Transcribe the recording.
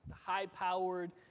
high-powered